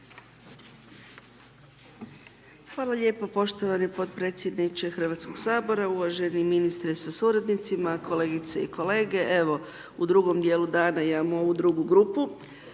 Hvala lijep poštovani potpredsjedniče Hrvatskog sabora. Uvaženi ministre sa suradnicima, kolegice i kolege. Evo u drugom dijelu dana, ja imam ovu drugu grupu.